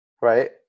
right